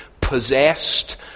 possessed